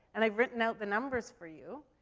and i've written out the numbers for you.